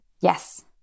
Yes